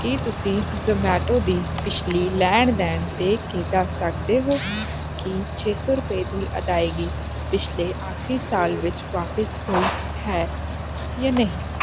ਕੀ ਤੁਸੀਂਂ ਜ਼ੋਮੈਟੋ ਦੀ ਪਿਛਲੀ ਲੈਣ ਦੇਣ ਦੇਖ ਕੇ ਦੱਸ ਸਕਦੇ ਹੋ ਕਿ ਛੇ ਸੌ ਰੁਪਏ ਦੀ ਅਦਾਇਗੀ ਪਿਛਲੇ ਆਖਰੀ ਸਾਲ ਵਿੱਚ ਵਾਪਸ ਹੋਈ ਹੈ ਜਾਂ ਨਹੀਂ